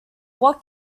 what